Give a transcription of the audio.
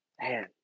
man